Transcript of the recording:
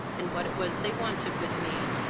and what it was they wanted with me.